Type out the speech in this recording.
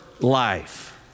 life